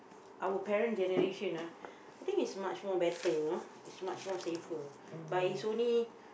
our parent generation ah I think it's much more better you know is much more safer but is only